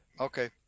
okay